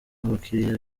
abakiriya